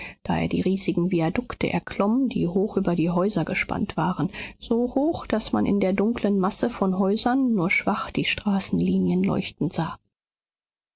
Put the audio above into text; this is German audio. da er die riesigen viadukte erklomm die hoch über die häuser gespannt waren so hoch daß man in der dunkeln masse von häusern nur schwach die straßenlinien leuchten sah